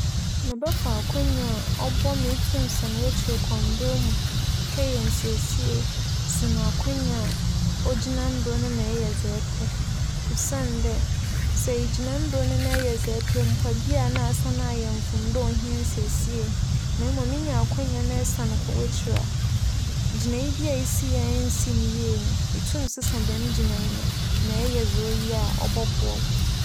Mebɛfa akwanya a ͻboa ma itum san w'ekyir kͻ mber mu kɛyɛ nsiesie sen akwanya a ogyina mber no ma eyɛ dza epɛ osiandɛ sɛ egyina mber no na eyɛ dza epɛ mpo a, bi a nna asan ayɛ mfomdo a ohia nsiesie na mbom enya akwanya na esan kͻ w'ekyir a, gyinae bi a esi a ennsi no yie no, itum sesa no na eyɛ dza ͻbͻboa wo.